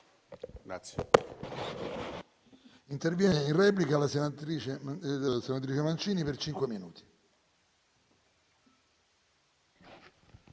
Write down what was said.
Grazie